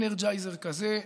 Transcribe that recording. אנרג'ייזר כזה,